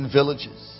villages